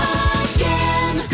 again